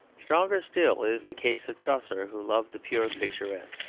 stronger still is the case of chaucer who loved the pure picturesque,